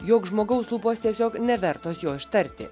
jog žmogaus lūpos tiesiog nevertos jo ištarti